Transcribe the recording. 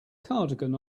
cardigan